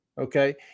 Okay